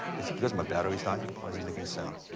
is it because my battery's dying? why's it making sound?